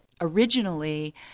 originally